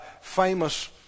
famous